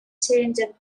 changeup